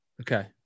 Okay